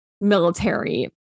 military